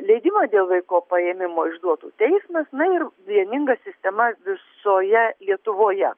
leidimą dėl vaiko paėmimo išduotų teismas na ir vieninga sistema visoje lietuvoje